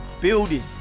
building